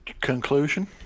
conclusion